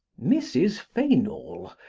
mrs. fainall,